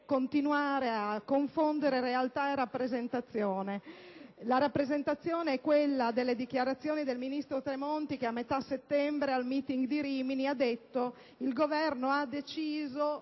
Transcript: continuare a confondere la realta con la sua rappresentazione. La rappresentazione equella delle dichiarazioni del ministro Tremonti che, a meta settembre, al Meeting di Rimini, affermoche il Governo aveva deciso